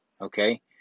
Okay